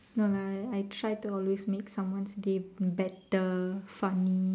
no lah I try to always make someone's day better funny